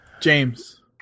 James